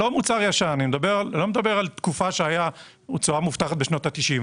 לא מדבר על תקופה שהיה תשואה מובטחת בשנות ה-90'.